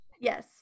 Yes